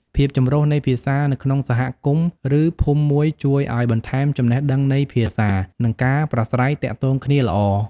ភាពចម្រុះនៃភាសានៅក្នុងសហគមន៍ ឬ ភូមិមួយជួយឱ្យបន្ថែមចំណេះដឹងនៃភាសា និងការប្រាស្រ័យទាក់ទងគ្នាល្អ។